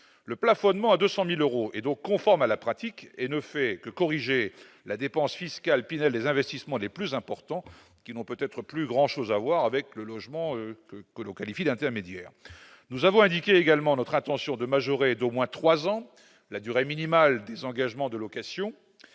Le plafonnement à 200 000 euros est donc conforme à la pratique. Il ne fait que corriger la dépense fiscale Pinel des investissements les plus importants, qui n'ont peut-être plus grand-chose à voir avec le logement dit « intermédiaire ». Nous avons également exprimé notre intention de majorer d'au moins trois ans la durée minimale des engagements de location.